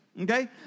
Okay